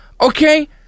Okay